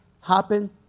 happen